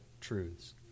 truths